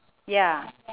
ya